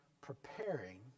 preparing